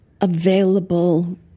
available